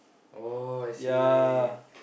oh I see